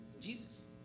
Jesus